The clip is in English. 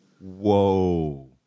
Whoa